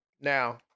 Now